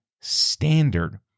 standard